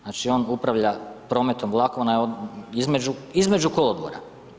Znači on upravlja prometom vlakova između kolodvora.